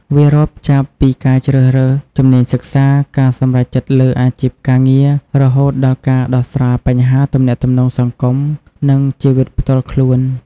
វារាប់ចាប់ពីការជ្រើសរើសជំនាញសិក្សា ការសម្រេចចិត្តលើអាជីពការងារ រហូតដល់ការដោះស្រាយបញ្ហាទំនាក់ទំនងសង្គម និងជីវិតផ្ទាល់ខ្លួន។